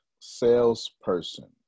salesperson